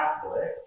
Catholic